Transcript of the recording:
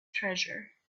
treasure